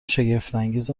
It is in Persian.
شگفتانگیز